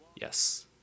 Yes